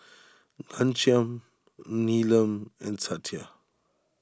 Ghanshyam Neelam and Satya